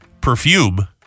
perfume